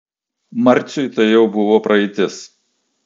marciui tai jau buvo praeitis